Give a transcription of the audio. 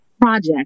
project